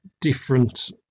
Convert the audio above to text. different